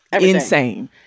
insane